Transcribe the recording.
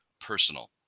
personal